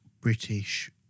British